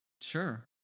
sure